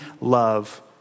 love